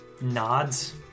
Nods